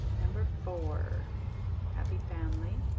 number four happy family